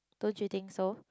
don't you think so